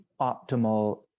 optimal